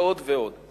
ועוד כהנה וכהנה.